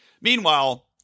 Meanwhile